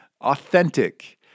authentic